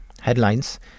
headlines